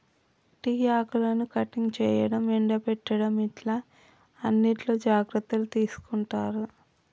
tea ఆకులను cutting చేయడం, ఎండపెట్టడం ఇట్లా అన్నిట్లో జాగ్రత్తలు తీసుకుంటారు